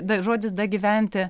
da žodis dagyventi